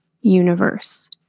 universe